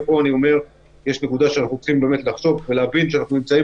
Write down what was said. אבל אנחנו צריכים להבין שאנחנו נמצאים